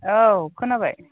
औ खोनाबाय